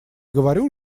говорю